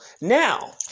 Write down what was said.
Now